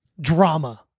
drama